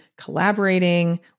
collaborating